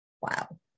Wow